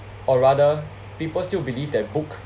or rather people still believe that book